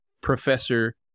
professor